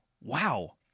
wow